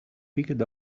picked